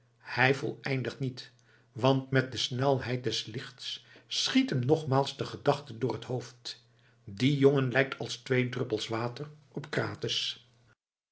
hij voleindigt niet want met de snelheid des lichts schiet hem nogmaals de gedachte door het hoofd die jongen lijkt als twee druppels water op krates